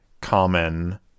common